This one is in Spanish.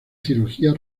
cirugía